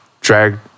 Drag